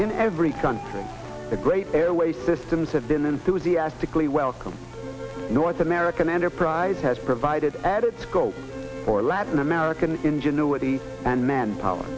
in every country and the great airway systems have been enthusiastically welcome north american enterprise has provided added scope for latin american ingenuity and manpower